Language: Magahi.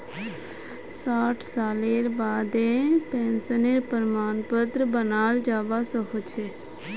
साठ सालेर बादें पेंशनेर प्रमाण पत्र बनाल जाबा सखछे